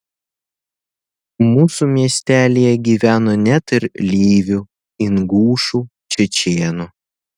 mūsų miestelyje gyveno net ir lyvių ingušų čečėnų